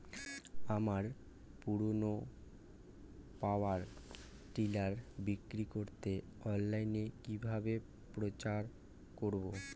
আমার পুরনো power tiller বিক্রি করাতে অনলাইনে কিভাবে প্রচার করব?